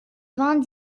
vingt